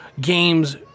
games